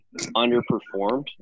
underperformed